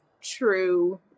true